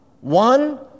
One